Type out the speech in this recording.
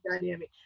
dynamic